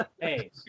hey